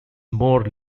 more